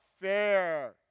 fair